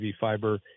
Fiber